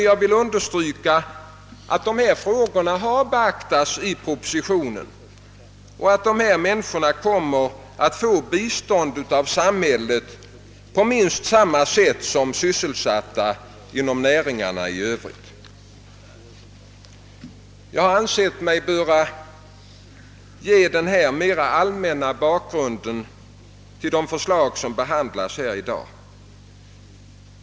Jag vill fram hålla att tillhörande frågor har beaktats i propositionen och att dessa människor kommer att få bistånd av samhället i minst samma utsträckning som de som är sysselsatta inom övriga näringar. Jag har ansett mig böra ge denna mera allmänna bakgrund till de förslag som behandlas i dag.